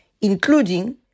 including